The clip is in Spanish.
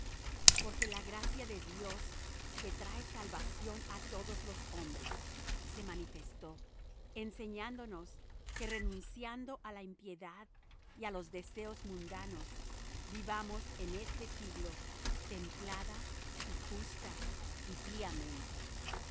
porque la gracia de dios que trae salvación á todos los hombres se manifestó enseñándonos que renunciando á la impiedad y á los deseos mundanos vivamos en este siglo templada y justa y píamente